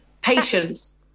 patience